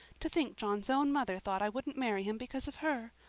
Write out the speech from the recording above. to think john's own mother thought i wouldn't marry him because of her!